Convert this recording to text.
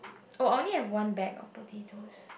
oh I only have one bag of potatoes